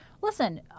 Listen